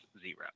zero